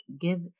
give